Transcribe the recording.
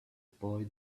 boy